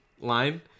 line